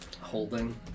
holding